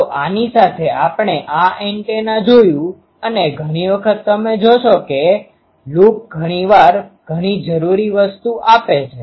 તો આની સાથે આપણે આ એન્ટેના જોયુ અને ઘણી વખત તમે જોશો કે લૂપ ઘણીવાર ઘણી જરૂરી વસ્તુ આપે છે